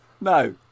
No